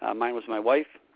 um mine was my wife.